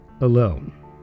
alone